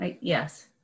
yes